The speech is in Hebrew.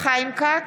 חיים כץ,